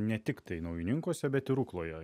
ne tiktai naujininkuose bet ir rukloje